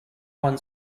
one